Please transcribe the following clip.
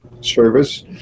service